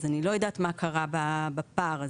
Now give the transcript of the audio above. אז אני לא יודעת מה קרה בפער הזה.